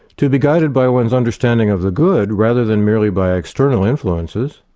to be guided by one's understanding of the good, rather than merely by external influences,